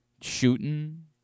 shooting